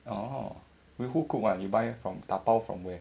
orh wait who cooked [one] you buy from 打包 from where